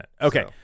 Okay